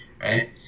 right